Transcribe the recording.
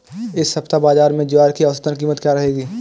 इस सप्ताह बाज़ार में ज्वार की औसतन कीमत क्या रहेगी?